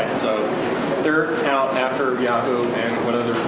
so third account after yahoo and whatever,